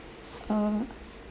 err